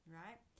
right